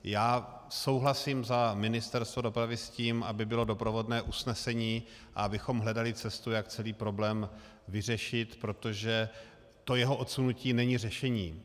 Já souhlasím za Ministerstvo dopravy s tím, aby bylo doprovodné usnesení a abychom hledali cestu, jak celý problém vyřešit, protože to jeho odsunutí není řešení.